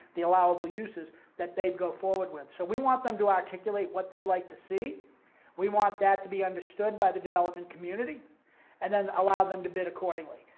the allowable uses that they'd go forward with. so, we want them to articulate what they'd like to see we want that to be understood by the development community and then allow them to bid accordingly.